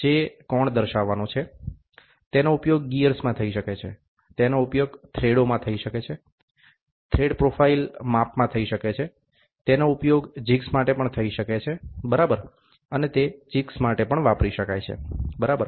જે કોણ દર્શાવવાનો છે તેનો ઉપયોગ ગિયર્સમાં થઈ શકે છે તેનો ઉપયોગ થ્રેડોમાં થઇ શકે છે થ્રેડ પ્રોફાઇલ માપમાં થઈ શકે છે તેનો ઉપયોગ જીગ્સ માટે પણ થઈ શકે છે બરાબર અને તે જીબ્સ માટે પણ વાપરી શકાય છે બરાબર